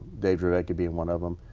dave draveky being one of them.